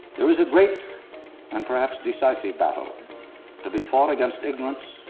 there is a great and perhaps decisive battle to be fought against ignorance,